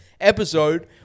episode